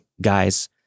guys